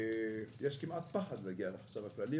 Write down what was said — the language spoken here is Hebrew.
יש כמעט פחד להגיע לחשב הכללי,